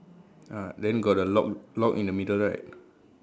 uh then got the lock lock in the middle right